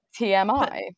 tmi